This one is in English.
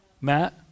Matt